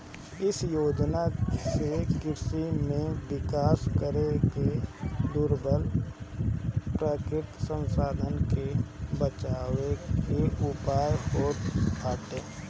इ योजना से कृषि में विकास करके दुर्लभ प्राकृतिक संसाधन के बचावे के उयाय होत बाटे